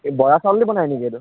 বৰা চাউল দি বনাই নেকি এইটো